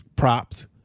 Props